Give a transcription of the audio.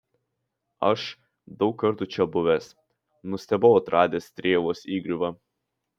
aš daug kartų čia buvęs nustebau atradęs strėvos įgriuvą